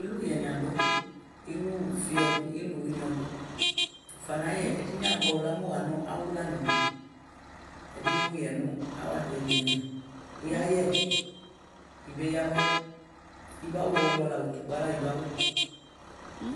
Ilʋyɛ ni adʋ ilʋfi ɔdʋ ilʋ ɔwini ɔdʋ ʋfɔnayɛ ɛdini abʋɛ wʋla mʋ ʋfɔna mʋ nʋ awʋlani ma ɛdini mʋ wʋyɛnʋ awʋ aliɛli nɛmɛ wuyayɛ ibeya awɛ kibawu ɔwlɔ lao ʋtʋkpala ibawʋ